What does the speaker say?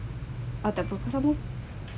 ah takpe apa sambung